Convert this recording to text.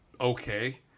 okay